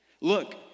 Look